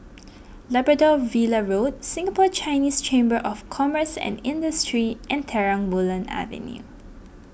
Labrador Villa Road Singapore Chinese Chamber of Commerce and Industry and Terang Bulan Avenue